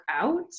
out